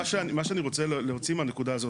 מה שאני רוצה להוציא מהנקודה הזאת,